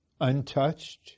untouched